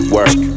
Work